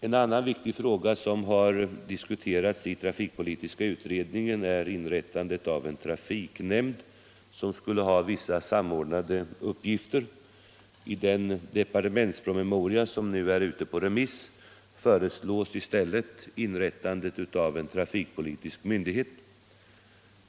En annan viktig fråga som har diskuterats i trafikpolitiska utredningen är inrättandet av en trafiknämnd, som skulle ha vissa samordnande uppgifter. I den departementspromemoria som nu är ute på remiss föreslås i stället inrättandet av en trafikpolitisk myndighet.